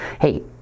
Hey